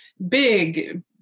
Big